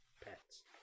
pets